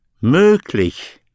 möglich